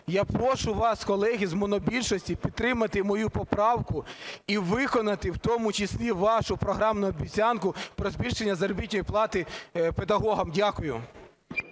Я прошу вас, колеги з монобільшості, підтримати мою поправку і виконати в тому числі вашу програмну обіцянку про збільшення заробітної плати педагогам. Дякую.